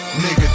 nigga